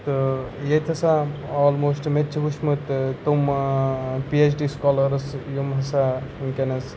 تہٕ ییٚتہِ ہَسا آلموسٹ مےٚ تہِ چھِ وٕچھمُت تِم پی اٮ۪چ ڈی سکالٲرٕز یِم ہَسا وٕنکٮ۪نَس